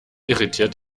irritiert